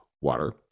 water